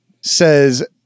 says